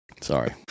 Sorry